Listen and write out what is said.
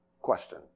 question